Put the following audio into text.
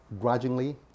grudgingly